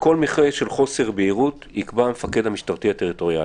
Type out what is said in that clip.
בכל מקרה של חוסר בהירות יקבע המפקד המשטרתי הטריטוריאלי.